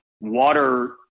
water